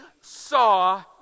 saw